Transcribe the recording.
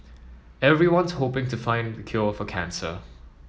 everyone's hoping to find the cure for cancer